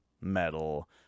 metal